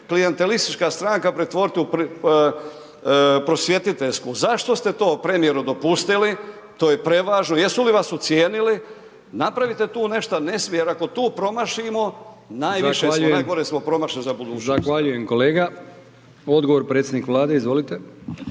klijantelistička stranka pretvoriti u prosvjetiteljsku. Zašto ste to premijeru dopustili? To je prevažno. Jesu li vas ucijenili? Napravite tu nešta, ne smije jer ako tu promašimo najviše smo …/Upadica: Zahvaljujem/…najgore smo promašili za budućnost.